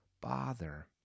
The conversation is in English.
bother